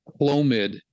clomid